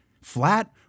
Flat